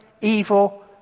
evil